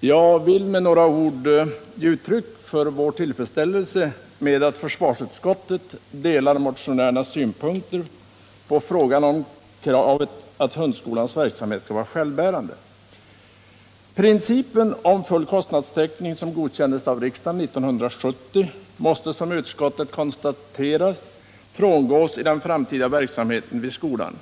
Jag vill med några ord ge uttryck för vår tillfredsställelse med att försvarsutskottet delar motionärernas synpunkter på frågan om kravet att hundskolans verksamhet skall vara självbärande. Principen om full kostnadstäckning som godkändes av riksdagen 1970 måste, som utskottet konstaterar, frångås i den framtida verksamheten vid skolan.